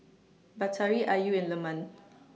Batari Ayu and Leman